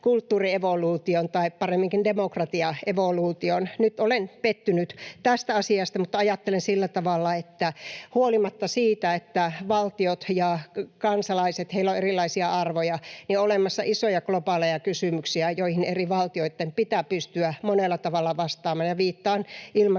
kulttuurievoluutioon tai paremminkin demokratiaevoluutioon. Nyt olen pettynyt tästä asiasta, mutta ajattelen sillä tavalla, että huolimatta siitä, että valtioilla ja kansalaisilla on erilaisia arvoja, on olemassa isoja globaaleja kysymyksiä, joihin eri valtioitten pitää pystyä monella tavalla vastaamaan, ja viittaan ilmastonmuutokseen,